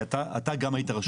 שאתה גם היית רשות.